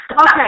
Okay